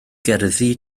gerddi